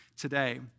today